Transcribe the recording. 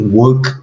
work